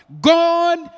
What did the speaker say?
God